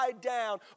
down